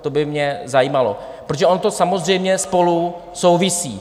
To by mě zajímalo, protože ono to samozřejmě spolu souvisí.